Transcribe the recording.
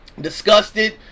disgusted